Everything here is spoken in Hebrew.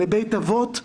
לבית אבות,